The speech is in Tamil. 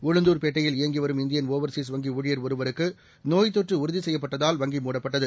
உளுந்தூர்பேட்டையில் இயங்கிவரும் இந்தியன் ஒவர்சீஸ் வங்கி ஊழியர் ஒருவருக்கு நோய்த் தொற்று உறுதி செய்யப்பட்டதால் வங்கி மூடப்பட்டது